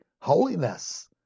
holiness